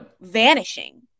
vanishing